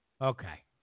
Okay